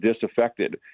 disaffected